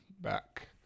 back